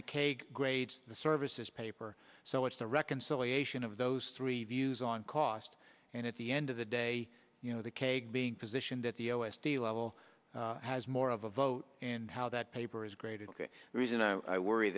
the caig grades the services paper so what's the reconciliation of those three views on cost and at the end of the day you know the cake being positioned at the o s d level has more of a vote and how that paper is graded ok the reason i worry